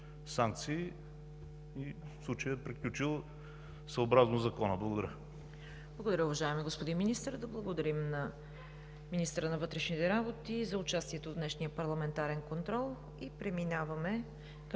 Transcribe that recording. санкции и случаят е приключил съобразно закона. Благодаря. ПРЕДСЕДАТЕЛ ЦВЕТА КАРАЯНЧЕВА: Благодаря, уважаеми господин Министър. Да благодарим на министъра на вътрешните работи за участието в днешния парламентарен контрол. Преминаваме към